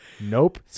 nope